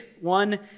one